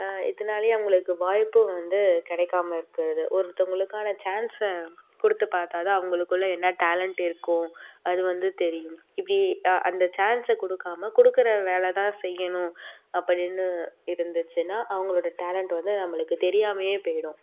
இதனாலேயே அவங்களுக்கு வாய்ப்பு வந்து கிடைக்காம இருக்கிறது ஒருத்தங்களுக்கான சான்ஸை கொடுத்து பார்த்தா தான் அவங்களுக்குள்ள என்ன டேலண்ட் இருக்கும் அது வந்து தெரியும் இப்படி அந்த சான்ஸை கொடுக்காம கொடுக்குற வேலை தான் செய்யணும் அப்படின்னு இருந்துச்சுன்னா அவங்களோட டேலண்ட் வந்து நம்மளுக்கு தெரியாமயே போய்டும்